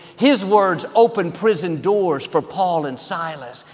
his words opened prison doors for paul and silas.